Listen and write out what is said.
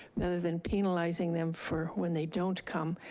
rather than penalizing them for when they don't come.